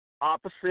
opposite